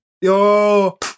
yo